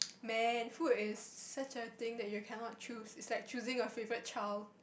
man food is such a thing that you cannot choose it's like choosing a favourite child